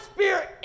Spirit